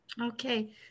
Okay